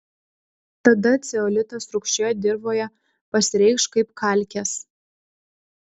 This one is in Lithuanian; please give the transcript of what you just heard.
tada ceolitas rūgščioje dirvoje pasireikš kaip kalkės